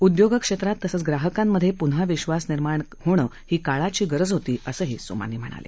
उद्योग क्षेत्रात तसंच ग्राहकांमधे प्न्हा विश्वास निर्माण होणं ही काळाची गरज होती असंही सोमानी म्हणाले